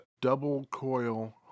double-coil